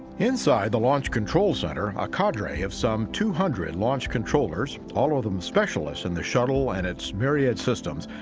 inside the launch control center, a cadre of some two hundred launch controllers, all of them specialists in the shuttle and its myriad systems,